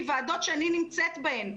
מוועדות שאני נמצאת בהן,